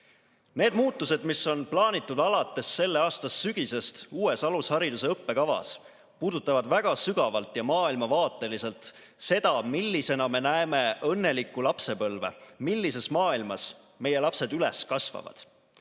Need muutused, mis on plaanitud alates selle aasta sügisest uues alushariduse õppekavas, puudutavad väga sügavalt ja maailmavaateliselt seda, millisena me näeme õnnelikku lapsepõlve, millises maailmas meie lapsed üles kasvavad.